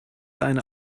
eine